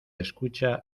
escucha